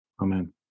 Amen